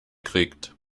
kriegt